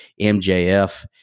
MJF